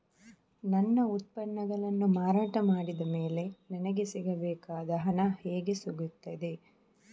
ನನ್ನ ಉತ್ಪನ್ನಗಳನ್ನು ಮಾರಾಟ ಮಾಡಿದ ಮೇಲೆ ನನಗೆ ಸಿಗಬೇಕಾದ ಹಣ ಹೇಗೆ ಸಿಗುತ್ತದೆ?